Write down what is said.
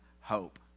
hope